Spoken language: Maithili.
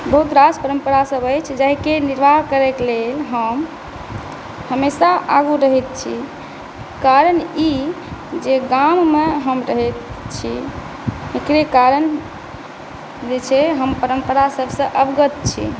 बहुत रास परम्परासब अछि जााहिके निर्वाह करैके लेल हम हमेशा आगू रहैत छी कारण ई जे गाममे हम रहैत छी एकरे कारण जे छै हम परम्परासबसँ अवगत छी